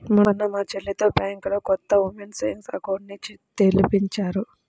మొన్న మా చెల్లితో బ్యాంకులో కొత్త ఉమెన్స్ సేవింగ్స్ అకౌంట్ ని తెరిపించాను